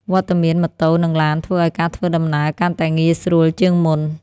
វត្តមានម៉ូតូ និងឡាន ធ្វើឱ្យការធ្វើដំណើរកាន់តែងាយស្រួលជាងមុន។